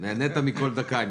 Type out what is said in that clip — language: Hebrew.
אני בטוח שנהנית מכל דקה...